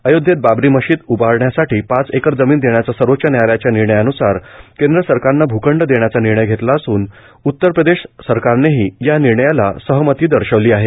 अयोध्येत बाबरी मशीद उभारण्यासाठी पाच एकर जमीन देण्याच्या सर्वोच्च न्यायालयाच्या निर्णयान्सार केंद्र सरकारने भूखंड देण्याचा निर्णय घेतला असून उत्तरप्रदेश सरकारनेही या निर्णयाला सहमती दर्शवली आहे